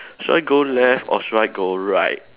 should I go left or should I go right